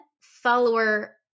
follower